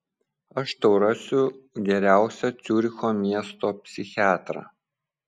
aš tau rasiu geriausią ciuricho miesto psichiatrą